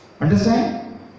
Understand